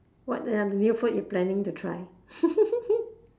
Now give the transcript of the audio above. what are the new food you planning to try